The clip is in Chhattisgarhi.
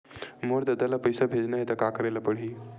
मोर ददा ल पईसा भेजना हे त का करे ल पड़हि?